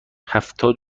هفتاد